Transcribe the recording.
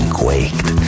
quaked